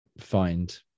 find